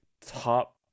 top